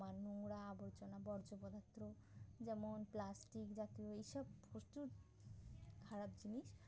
আমার নোংরা আবর্জনা বর্জ্য পদার্থ যেমন প্লাস্টিক জাতীয় এইসব প্রচুর খারাপ জিনিস